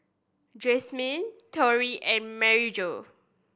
Jasmyne Torry and Maryjo